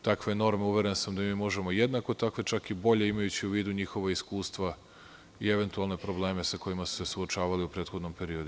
Takve norme, uveren sam, možemo jednako takve, čak i bolje, imajući u vidu njihova iskustva i eventualne probleme sa kojima su se suočavali u prethodnom periodu.